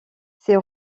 ses